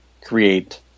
create